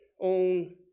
own